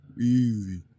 Easy